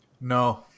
No